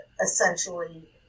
essentially